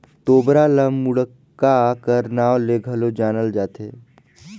तोबरा ल मुड़क्का कर नाव ले घलो जानल जाथे